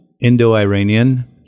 Indo-Iranian